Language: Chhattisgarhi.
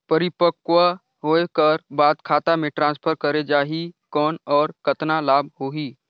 परिपक्व होय कर बाद खाता मे ट्रांसफर करे जा ही कौन और कतना लाभ होही?